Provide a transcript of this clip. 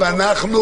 אם אנחנו